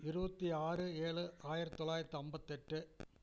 இருபத்தி ஆறு ஏழு ஆயிரத்தி தொள்ளாயிரத்தி ஐம்பத்தெட்டு